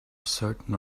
certain